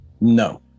No